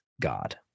God